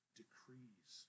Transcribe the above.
decrees